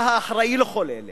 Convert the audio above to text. אתה האחראי לכל אלה.